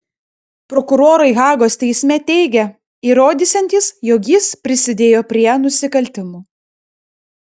prokurorai hagos teisme teigė įrodysiantys jog jis prisidėjo prie nusikaltimų